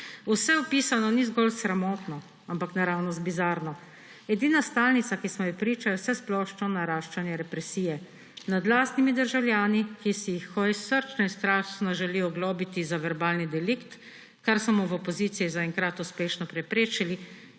Vse opisano ni zgolj sramotno, ampak naravnost bizarno. Edina stalnica, ki smo ji priča, je vsesplošno naraščanje represije nad lastnimi državljani, ki si jih Hojs srčno in strašno želi oglobiti za verbalni delikt, kar smo mu v opoziciji zaenkrat uspešno preprečili,